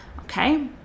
okay